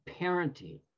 Parenting